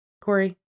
Corey